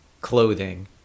clothing